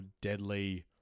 deadly